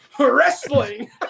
Wrestling